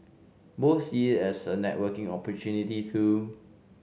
both see it as a networking opportunity too